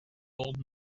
old